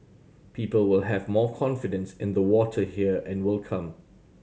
people will have more confidence in the water here and will come